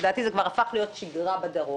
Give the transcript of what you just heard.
ולדעתי זה כבר הפך להיות שגרה בדרום,